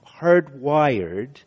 hardwired